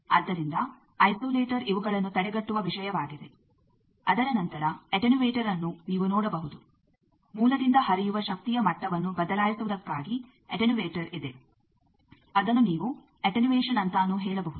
ಆದ್ದರಿಂದ ಐಸೊಲೇಟರ್ ಇವುಗಳನ್ನು ತಡೆಗಟ್ಟುವ ವಿಷಯವಾಗಿದೆ ಅದರ ನಂತರ ಅಟೆನ್ಯುವೇಟರ್ಅನ್ನು ನೀವು ನೋಡಬಹುದು ಮೂಲದಿಂದ ಹರಿಯುವ ಶಕ್ತಿಯ ಮಟ್ಟವನ್ನು ಬದಲಾಯಿಸುವುದಕ್ಕಾಗಿ ಅಟೆನ್ಯುವೇಟರ್ ಇದೆ ಅದನ್ನು ನೀವು ಅಟೆನ್ಯುಯೇಶನ್ ಅಂತಾನೂ ಹೇಳಬಹುದು